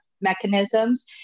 mechanisms